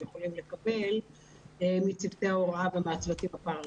יכולים לקבל מצוותי ההוראה ומהצוותים הפרה-רפואיים.